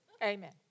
Amen